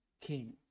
king